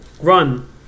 Run